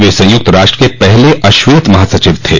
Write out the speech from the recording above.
वे संयुक्त राष्ट्र के पहले अश्वेत महासचिव थे